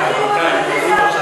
באמת.